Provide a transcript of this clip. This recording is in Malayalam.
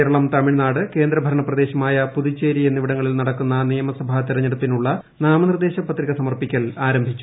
കേരളം തമിഴ്നാട് കേന്ദ്ര ഭരണ പ്രദേശമായ പുതുച്ചേരി എന്നിവിടങ്ങളിൽ നടക്കുന്ന നിയമസഭാ തിരഞ്ഞെടുപ്പിനുള്ള നാമനിർദ്ദേശ പത്രിക സമർപ്പിക്കൽ ആരംഭിച്ചു